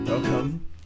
Welcome